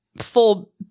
full